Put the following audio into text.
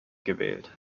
gewählt